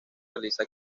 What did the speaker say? realiza